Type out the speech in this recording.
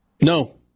No